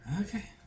Okay